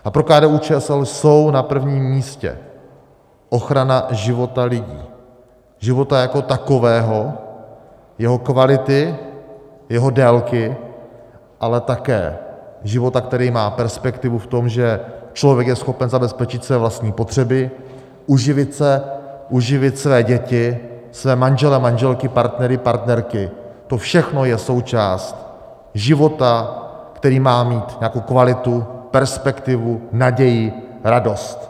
A pro KDUČSL jsou na prvním místě ochrana života lidí, života jako takového, jeho kvality, jeho délky, ale také života, který má perspektivu v tom, že člověk je schopen zabezpečit své vlastní potřeby, uživit se, uživit své děti, své manžele a manželky, partnery, partnerky, to všechno je součást života, který má mít nějakou kvalitu, perspektivu, naději, radost.